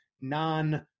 non